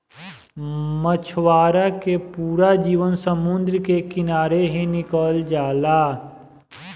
मछवारा के पूरा जीवन समुंद्र के किनारे ही निकल जाला